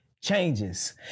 changes